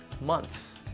months